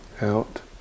out